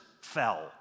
fell